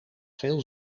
veel